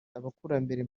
abakurambere